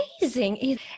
Amazing